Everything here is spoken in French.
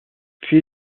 puis